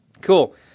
Cool